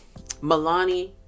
Milani